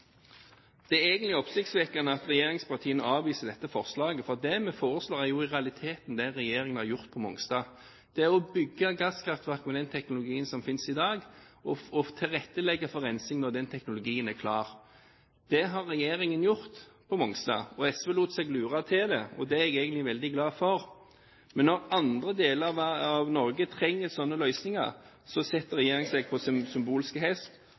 Det er egentlig oppsiktsvekkende at regjeringspartiene avviser dette forslaget, for det vi foreslår, er i realiteten det regjeringen har gjort på Mongstad. Det er å bygge gasskraftverk med den teknologien som finnes i dag, og tilrettelegge for rensing når den teknologien er klar. Det har regjeringen gjort på Mongstad, og SV lot seg lure til det. Det er jeg egentlig veldig glad for. Men når andre deler av Norge trenger slike løsninger, setter regjeringen seg på sin symbolske hest